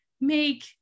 make